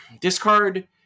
discard